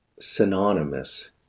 synonymous